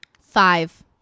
Five